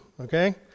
Okay